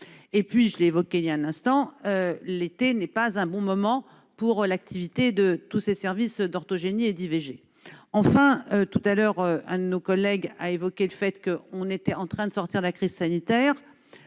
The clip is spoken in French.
surcroît, je l'ai évoqué il y a un instant, l'été n'est pas un bon moment pour l'activité de tous ces services d'orthogénie et d'IVG. Enfin, l'un de nos collègues a évoqué le fait que l'on était en train de sortir de la crise sanitaire.